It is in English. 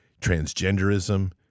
transgenderism